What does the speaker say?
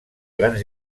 grans